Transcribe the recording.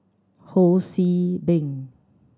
Ho See Beng